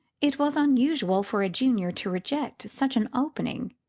it was unusual for a junior to reject such an opening.